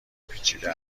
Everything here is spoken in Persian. پیچیده